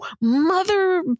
mother